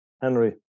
Henry